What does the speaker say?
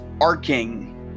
arcing